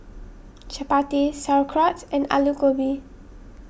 Chapati Sauerkraut and Alu Gobi